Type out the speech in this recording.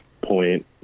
point